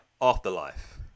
afterlife